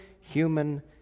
human